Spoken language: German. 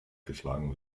geschlagen